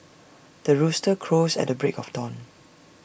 the rooster crows at the break of dawn